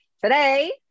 today